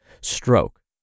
stroke